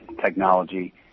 technology